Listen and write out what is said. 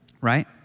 right